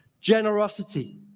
generosity